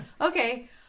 Okay